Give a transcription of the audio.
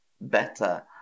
better